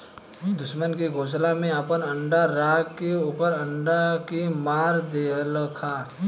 दुश्मन के घोसला में आपन अंडा राख के ओकर अंडा के मार देहलखा